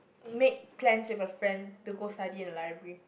make plans with a friend to go study in library